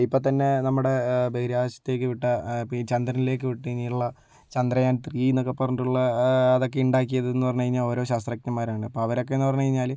ഇപ്പോൾ തന്നെ നമ്മുടെ ബഹിരാകാശത്തേക്ക് വിട്ട അപ്പോൾ ഈ ചന്ദ്രനിലേക്ക് വിട്ട് കഴിഞ്ഞിട്ടുള്ള ചന്ദ്രയാൻ ത്രീയെന്നൊക്കെ പറഞ്ഞിട്ടുള്ള അതൊക്കെ ഉണ്ടാക്കിയതെന്നു പറഞ്ഞു കഴിഞ്ഞാൽ ഓരോ ശാസ്ത്രജ്ഞന്മാരാണ് ആപ്പോൾ അവരൊക്കെന്നു പറഞ്ഞു കഴിഞ്ഞാല്